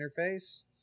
interface